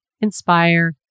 inspire